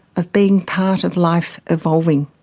of being part of life evolving.